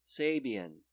Sabian